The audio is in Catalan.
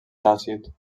tàcit